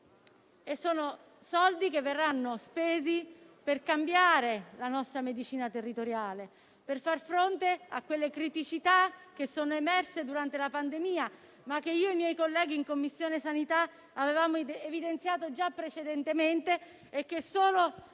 missione 6: verranno spesi per cambiare la nostra medicina territoriale e far fronte alle criticità emerse durante la pandemia, ma che io e i miei colleghi in 12a Commissione avevamo evidenziato già precedentemente e che solo